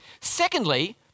Secondly